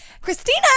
Christina